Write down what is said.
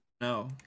No